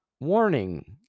Warning